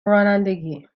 رانندگی